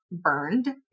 burned